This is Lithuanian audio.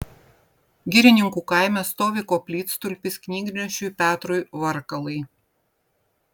girininkų kaime stovi koplytstulpis knygnešiui petrui varkalai